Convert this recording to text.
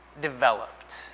developed